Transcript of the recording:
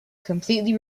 completely